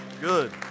Good